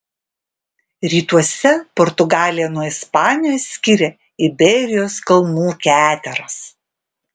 rytuose portugaliją nuo ispanijos skiria iberijos kalnų keteros